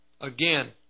again